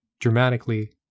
dramatically